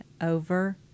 Over